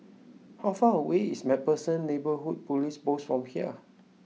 how far away is MacPherson Neighbourhood Police Post from here